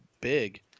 big